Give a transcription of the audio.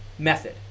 Method